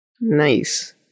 Nice